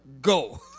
Go